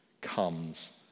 comes